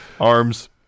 arms